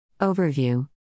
Overview